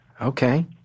Okay